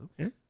Okay